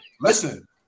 Listen